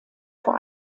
vor